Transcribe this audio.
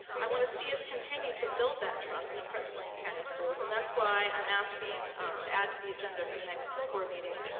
i wanna see us continue to build that trust in prince william county schools and that's why i'm asking to add to the agenda for the next school board meeting